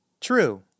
True